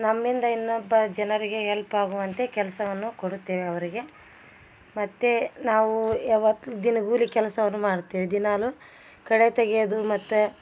ನಮ್ಮಿಂದ ಇನ್ನೊಬ್ಬ ಜನರಿಗೆ ಎಲ್ಪ್ ಆಗುವಂತೆ ಕೆಲಸವನ್ನು ಕೊಡುತ್ತೇವೆ ಅವರಿಗೆ ಮತ್ತು ನಾವು ಯಾವತ್ತು ದಿನಗೂಲಿ ಕೆಲಸವನ್ನು ಮಾಡ್ತೇವೆ ದಿನಾಲು ಕಳೆ ತೆಗೆಯದು ಮತ್ತು